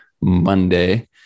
Monday